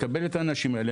נקבל את האנשים האלה,